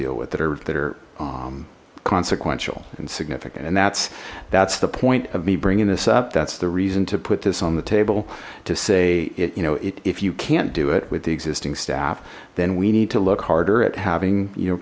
with that are consequential and significant and that's that's the point of me bringing this up that's the reason to put this on the table to say it you know if you can't do it with the existing staff then we need to look harder at having you know